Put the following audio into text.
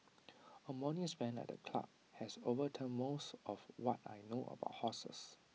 A morning spent at the club has overturned most of what I know about horses